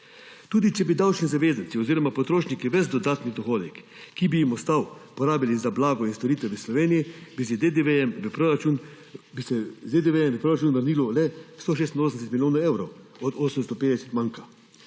tudi če bi davčni zavezanci oziroma potrošniki ves dodatni dohodek, ki bi jim ostal, porabili za blago in storitev v Sloveniji, bi z DDV v proračuna vrnilo le 186 milijonov evrov od 850 manka.